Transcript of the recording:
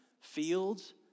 fields